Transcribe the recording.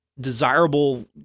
desirable